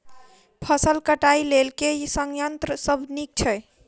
फसल कटाई लेल केँ संयंत्र सब नीक छै?